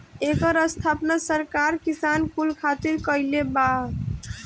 एकर स्थापना सरकार किसान कुल खातिर कईले बावे